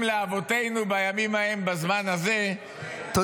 לאבותינו בימים ההם בזמן הזה -- אמן.